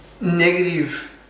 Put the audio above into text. Negative